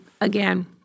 again